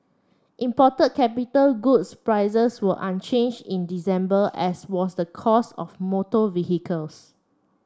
imported capital goods prices were unchanged in December as was the cost of motor vehicles